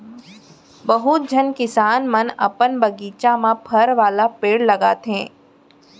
बहुत झन किसान मन अपन बगीचा म फर वाला पेड़ लगाथें